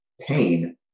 pain